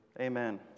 Amen